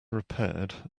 repaired